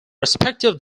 respective